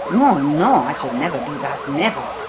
no, no! i shall never do that never.